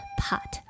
pot